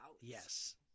Yes